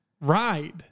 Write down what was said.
ride